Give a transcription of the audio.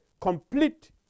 complete